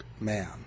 man